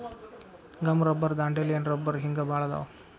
gum rubber dandelion ರಬ್ಬರ ಹಿಂಗ ಬಾಳ ಅದಾವ